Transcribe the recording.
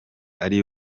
ari